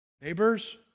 neighbors